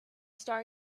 start